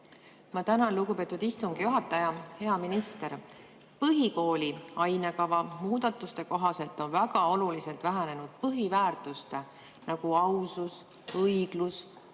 Ma tänan, lugupeetud istungi juhataja! Hea minister! Põhikooli ainekava muudatuste kohaselt on väga oluliselt vähenenud põhiväärtuste, nagu ausus, õiglus